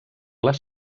les